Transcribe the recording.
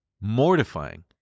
mortifying